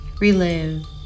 relive